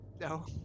No